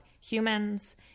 humans